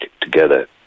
together